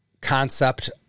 concept